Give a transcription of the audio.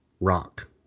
Rock